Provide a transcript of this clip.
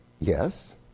yes